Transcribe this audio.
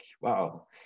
wow